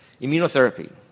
immunotherapy